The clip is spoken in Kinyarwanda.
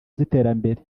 z’iterambere